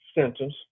sentence